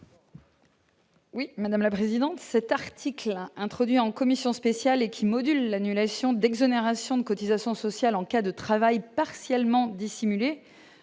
Oui, madame la présidente, cet article, introduit en commission spéciale et qui modulent l'annulation d'exonération de cotisations sociales en cas de travail partiellement dissimulé